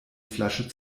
flasche